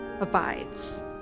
abides